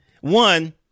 one